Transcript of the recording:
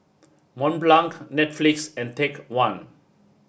Mont Blanc Netflix and Take One